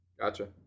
Gotcha